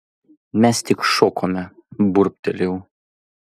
mes tik šokome burbtelėjau